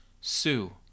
Sue